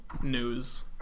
News